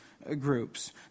groups